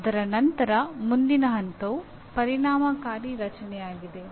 ಅದರ ನಂತರ ಮುಂದಿನ ಹಂತವು ಪರಿಣಾಮಕಾರಿ ರಚನೆಯಾಗಿದೆ